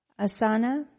Asana